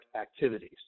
activities